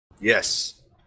Yes